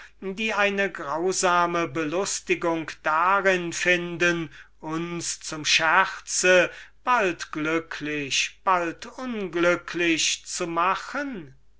die eine grausame belustigung darin finden uns zum scherz bald glücklich bald unglücklich zu machen